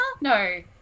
No